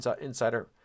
Insider